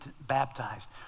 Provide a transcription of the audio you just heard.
baptized